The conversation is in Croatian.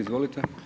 Izvolite.